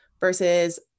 versus